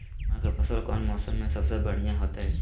चना के फसल कौन मौसम में सबसे बढ़िया होतय?